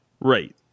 Right